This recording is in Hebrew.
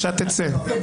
בבקשה תצא.